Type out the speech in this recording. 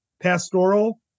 pastoral